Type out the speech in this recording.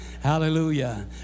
Hallelujah